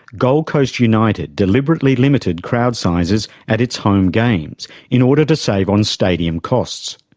gold coast united deliberately limited crowd sizes at its home games in order to save on stadium costs.